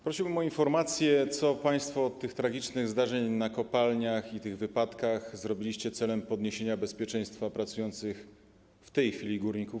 Prosiłbym o informacje, co państwo od czasu tych tragicznych zdarzeń w kopalniach, tych wypadków, zrobiliście celem podniesienia bezpieczeństwa pracujących tam w tej chwili górników.